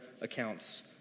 accounts